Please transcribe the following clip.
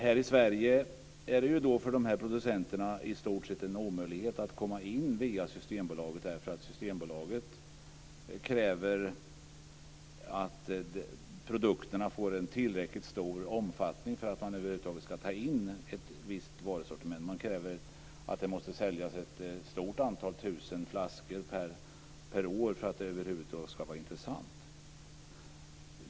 Här i Sverige är det för de här producenterna i stort sett en omöjlighet att komma in via Systembolaget, därför att Systembolaget kräver att produkterna får en tillräckligt stor omfattning för att över huvud taget ta in ett visst varusortiment. Det krävs att det ska säljas ett stort antal tusen flaskor per år för att det över huvud taget ska vara intressant.